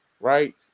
right